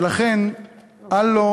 לכן אל לו,